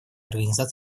организации